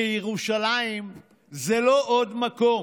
כי ירושלים זה לא עוד מקום,